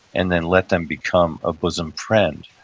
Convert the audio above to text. and then let them become a bosom friend.